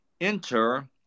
enter